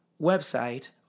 website